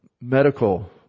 medical